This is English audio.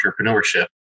entrepreneurship